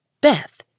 Beth